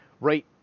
right